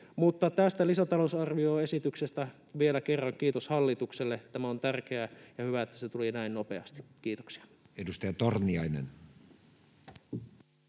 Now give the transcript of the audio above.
tästä lisätalousarvioesityksestä vielä kerran kiitos hallitukselle. Tämä on tärkeä, ja hyvä, että se tuli näin nopeasti. — Kiitoksia. [Speech